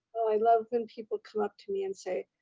ah i love when people come up to me and say,